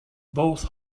both